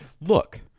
look